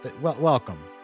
Welcome